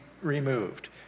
removed